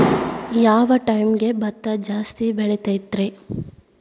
ಯಾವ ಟೈಮ್ಗೆ ಭತ್ತ ಜಾಸ್ತಿ ಬೆಳಿತೈತ್ರೇ?